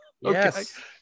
Yes